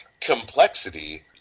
Complexity